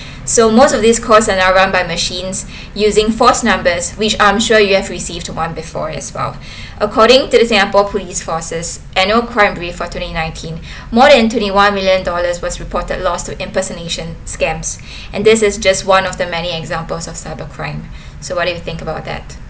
so most of these calls are run by machines using false numbers which I'm sure you have received one before as well according to the singapore police force's annual crime brief for twenty nineteen more than twenty one million dollars was reported loss of impersonation scams and this is just one of the many examples of cybercrime so what do you think about that